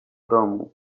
domu